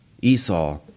Esau